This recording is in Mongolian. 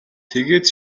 тэгээд